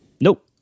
Nope